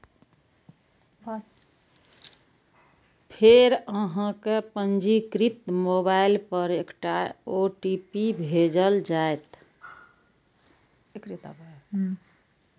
फेर अहांक पंजीकृत मोबाइल पर एकटा ओ.टी.पी भेजल जाएत